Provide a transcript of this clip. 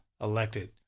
elected